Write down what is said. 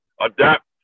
adapt